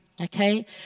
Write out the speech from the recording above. okay